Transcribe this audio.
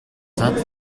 зад